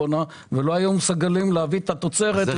הקורונה ולא היו מסוגלים להביא את התוצרת הטובה.